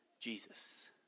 Jesus